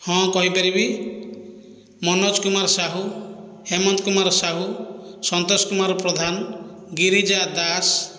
ହଁ କହିପାରିବି ମନୋଜ କୁମାର ସାହୁ ହେମନ୍ତ କୁମାର ସାହୁ ସନ୍ତୋଷ କୁମାର ପ୍ରଧାନ ଗିରିଜା ଦାସ